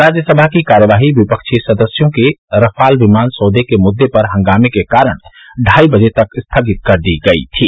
राज्यसभा की कार्यवाही विपक्षी सदस्यों के रफाल विमान सौदे के मुद्दे पर हंगामे के कारण ढाई बजे तक स्थगित कर दी गयी थी